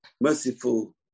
merciful